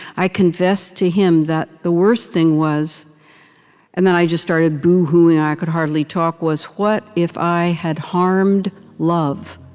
i confessed to him that the worst thing was and then i just started boohooing, and i could hardly talk was, what if i had harmed love?